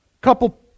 couple